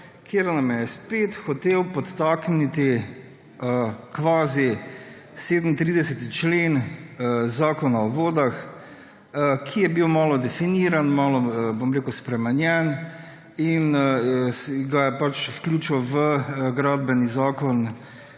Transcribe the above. kjer nam je spet hotel podtakniti kvazi 37. člen Zakona o vodah, ki je bil malo definiran, malo spremenjen, in ga je pač vključil v Gradbeni zakon